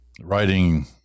writing